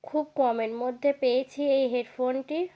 খুব কমের মধ্যে পেয়েছি এই হেডফোনটি